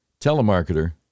telemarketer